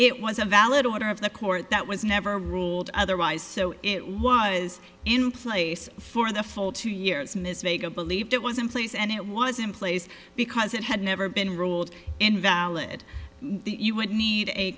it was a valid order of the court that was never ruled otherwise so it was in place for the full two years ms vega believed it was in place and it was in place because it had never been ruled invalid you would need a